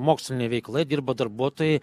mokslinė veikla dirba darbuotojai